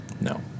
No